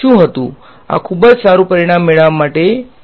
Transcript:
શું હતું આ ખૂબ જ સારું પરિણામ મેળવવા માટે તમારે શુ કરવુ પડ્શે